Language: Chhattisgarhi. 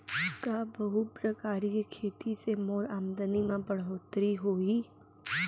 का बहुप्रकारिय खेती से मोर आमदनी म बढ़होत्तरी होही?